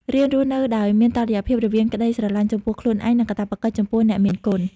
រៀនរស់នៅដោយមានតុល្យភាពរវាង "ក្តីស្រឡាញ់ចំពោះខ្លួនឯង" និង "កាតព្វកិច្ចចំពោះអ្នកមានគុណ"។